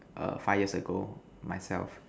err five years ago myself